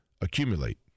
accumulate